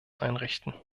einrichten